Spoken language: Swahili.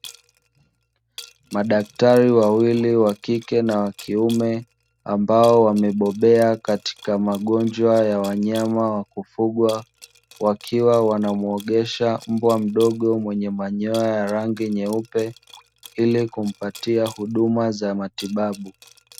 Madaktari wawili wakike na wakiume ambao wamebobea katika magonjwa ya wanyama wa kufugwa, wakiwa wanamuogesha mbwa mdogo mwenye manyoya ya rangi nyeupe ili kumpatia huduma za matibabu.